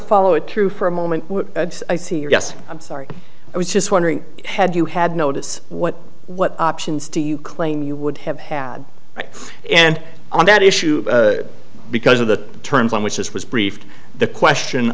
follow it through for a moment yes i'm sorry i was just wondering had you had notice what what options do you claim you would have had and on that issue because of the terms on which this was brief the question